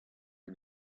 est